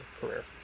career